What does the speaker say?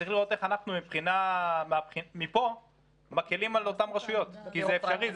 צריך לראות איך אנחנו מפה מקלים על אותן רשויות כי זה אפשרי,